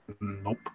Nope